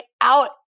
out